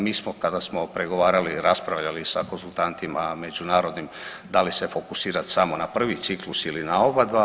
Mi smo kada smo pregovarali raspravljali sa konzultantima međunarodnim da li se fokusirati samo na prvi ciklus ili na oba dva.